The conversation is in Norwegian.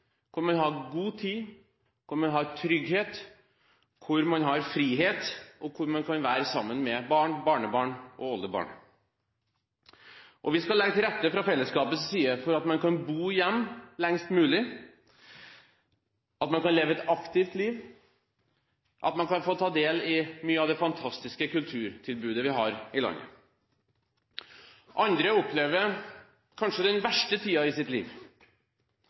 kan være sammen med barn, barnebarn og oldebarn. Vi skal fra fellesskapets side legge til rette for at man kan bo hjemme lengst mulig, at man kan leve et aktivt liv, og at man kan få ta del i mye av det fantastiske kulturtilbudet vi har i landet. Andre opplever kanskje den verste tiden i sitt liv